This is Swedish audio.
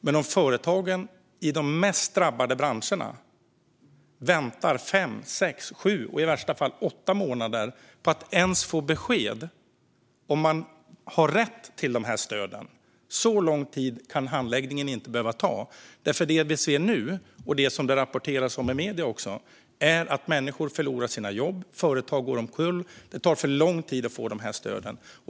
Men företagen i de mest drabbade branscherna får vänta i fem, sex, sju och i värsta fall åtta månader på att ens få besked om de har rätt till stöden. Så lång tid kan inte handläggningen behöva ta. Det vi ser nu, och det som det rapporteras om i medierna, är att människor förlorar sina jobb och att företag går omkull. Det tar för lång tid att få stöden.